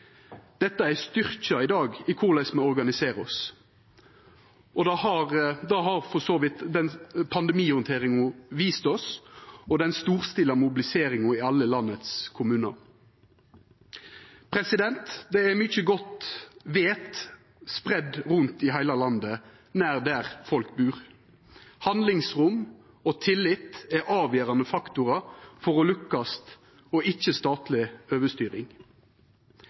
Dette er styrken i korleis me organiserer oss i dag. Det har for så vidt pandemihandteringa og den storstila mobiliseringa i alle landets kommunar vist oss. Det er mykje godt vit spreidd rundt i heile landet, nær der folk bur. Handlingsrom og tillit er avgjerande faktorar for å lukkast og ikkje statleg overstyring.